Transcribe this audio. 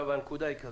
הנקודה היא כזאת: